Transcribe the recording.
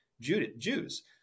Jews